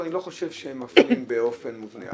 אני לא חושב שהם מפלים באופן מובנה,